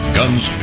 guns